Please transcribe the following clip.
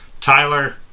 Tyler